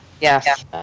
Yes